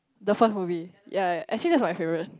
the first movie ya actually that is my favourite